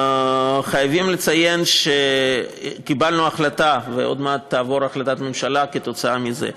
חייבים לציין שקיבלנו החלטה ועוד מעט תעבור החלטת ממשלה כתוצאה מזה,